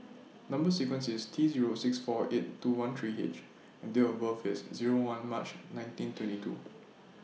Number sequence IS T Zero six four eight two one three H and Date of birth IS Zero one March nineteen twenty two